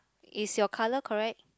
is your colour correct